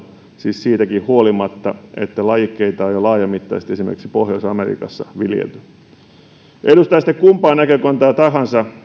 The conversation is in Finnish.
siis siitäkään huolimatta että lajikkeita on jo laajamittaisesti esimerkiksi pohjois amerikassa viljelty edustaa sitten kumpaa näkökantaa tahansa